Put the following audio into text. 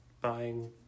buying